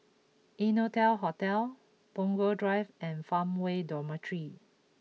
Innotel Hotel Punggol Drive and Farmway Dormitory